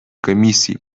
комиссии